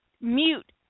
mute